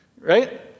right